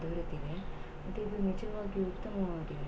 ದೊರೆತಿದೆ ಮತ್ತು ಇದು ನಿಜವಾಗಿಯೂ ಉತ್ತಮವಾಗಿದೆ